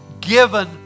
given